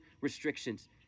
restrictions